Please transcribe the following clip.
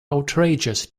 outrageous